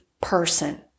person